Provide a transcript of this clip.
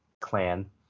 clan